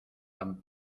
tan